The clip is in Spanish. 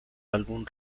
álbum